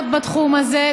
בתחום הזה.